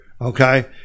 okay